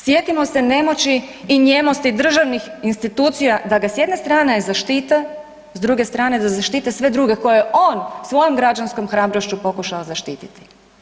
Sjetimo se nemoći i nijemosti državnih institucija da ga s jedne strane zaštite, s druge strane da zaštite sve druge koje on svojom građanskom hrabrošću pokušao zaštititi.